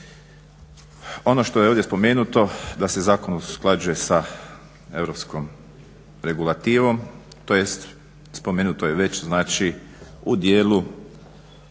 Ono što je ovdje spomenuto da se zakon usklađuje sa europskom regulativom tj. spomenuto je već znači u dijelu